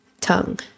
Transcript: tongue